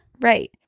right